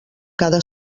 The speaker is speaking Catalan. cada